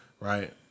right